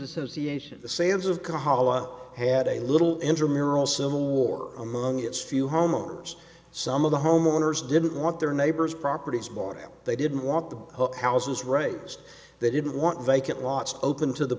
association the sands of kahala had a little intermural civil war among its few homeowners some of the homeowners didn't want their neighbors properties bought out they didn't want the houses right they didn't want vacant lots open to the